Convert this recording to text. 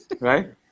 Right